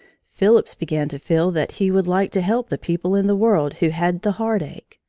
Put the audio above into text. phillips began to feel that he would like to help the people in the world who had the heartache.